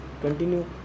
continue